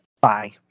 Bye